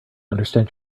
understand